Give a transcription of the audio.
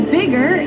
bigger